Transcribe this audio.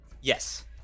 Yes